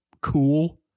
cool